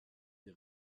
des